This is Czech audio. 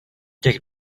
těch